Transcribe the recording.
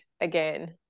again